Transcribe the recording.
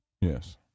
Yes